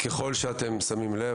ככל שאתם שמים לב,